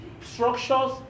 structures